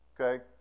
Okay